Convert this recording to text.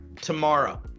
tomorrow